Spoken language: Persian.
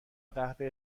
قوه